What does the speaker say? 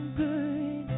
good